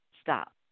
Stop